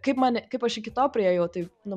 kaip man kaip aš iki to priėjau tai nu